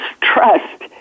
trust